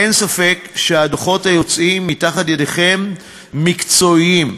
אין ספק שהדוחות שיוצאים מתחת ידיכם מקצועיים וראויים.